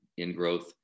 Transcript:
ingrowth